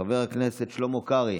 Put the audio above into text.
חבר הכנסת שלמה קרעי,